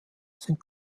sind